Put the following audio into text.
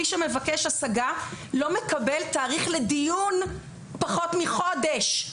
מי שמבקש השגה לא מקבל תאריך לדיון פחות מחודש.